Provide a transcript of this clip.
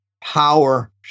power